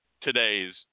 today's